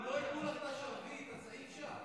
אם לא ייתנו לך את השרביט, אז אי-אפשר.